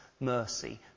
mercy